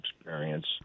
experience